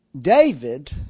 David